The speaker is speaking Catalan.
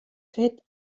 fet